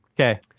Okay